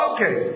Okay